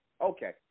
Okay